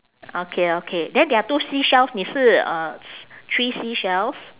okay okay then there are two seashells 你是 uh s~ three seashells